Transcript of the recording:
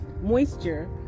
moisture